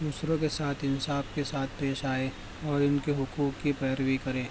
دوسروں کے ساتھ انصاف کے ساتھ پیش آیے اور ان کے حقوق کی پیروی کرے